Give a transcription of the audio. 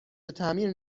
تعمیر